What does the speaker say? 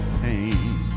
pain